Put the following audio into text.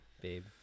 babe